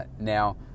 now